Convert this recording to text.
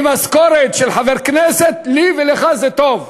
עם משכורת של חבר כנסת, לי ולך זה טוב.